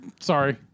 Sorry